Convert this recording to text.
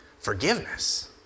Forgiveness